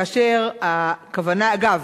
אגב,